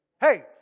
Hey